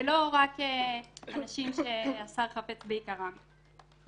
ולא רק אנשים שהשר חפץ ביקרם.